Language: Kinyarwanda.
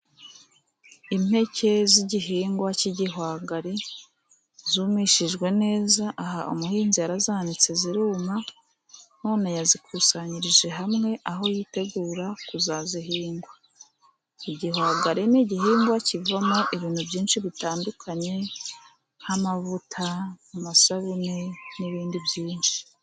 Impeke z' igihingwa cy' igihwagari zumishijwe neza, aha umuhinzi yarazanitse ziruma, none yazikusanyirije hamwe aho yitegura kuza zihinga, igihwagari n' igihingwa kivamo ibintu byinshi bitandukanye nk' amavuta, amasabune n' ibindi byinshi.